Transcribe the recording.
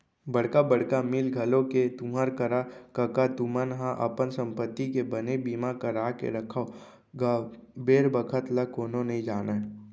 बड़का बड़का मील घलोक हे तुँहर करा कका तुमन ह अपन संपत्ति के बने बीमा करा के रखव गा बेर बखत ल कोनो नइ जानय